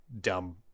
dumb